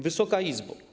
Wysoka Izbo!